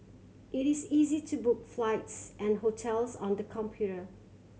it is easy to book flights and hotels on the computer